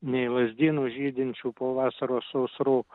nei lazdynų žydinčių po vasaros sausrų